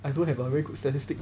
I don't have a very good statistics